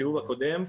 בסיבוב הקודם.